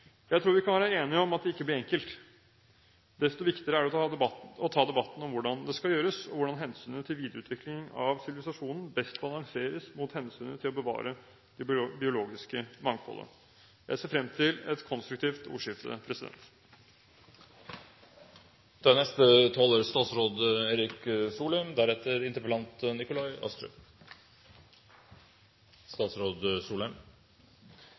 Jeg tror vi kan være enige om at det ikke blir enkelt. Desto viktigere er det å ta debatten om hvordan det skal gjøres, og hvordan hensynet til videreutvikling av sivilisasjonen best balanseres mot hensynet til å bevare det biologiske mangfoldet. Jeg ser frem til et konstruktivt ordskifte.